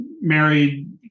married